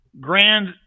Grand